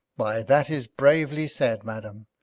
why, that is bravely said, madam,